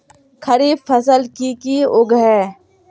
खरीफ फसल की की उगैहे?